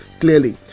clearly